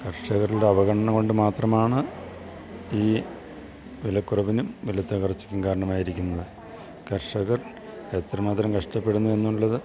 കർഷകരുടെ അവഗണന കൊണ്ടു മാത്രമാണ് ഈ വിലക്കുറവിനും വിലത്തകർച്ചക്കും കാരണമായിരിക്കുന്നത് കർഷകർ എത്രമാത്രം കഷ്ടപ്പെടുന്നു എന്നുള്ളത്